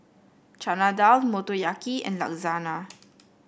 Chana Dal Motoyaki and Lasagna